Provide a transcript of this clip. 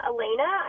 Elena